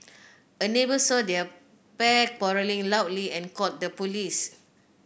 a neighbour saw the pair quarrelling loudly and called the police